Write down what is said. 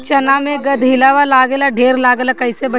चना मै गधयीलवा लागे ला ढेर लागेला कईसे बचाई?